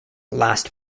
last